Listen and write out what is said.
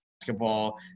basketball